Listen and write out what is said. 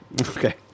Okay